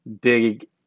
big